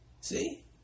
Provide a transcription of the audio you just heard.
See